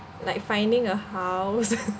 like finding a house